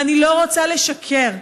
ואני לא רוצה לשקר.